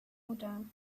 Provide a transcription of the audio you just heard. rodin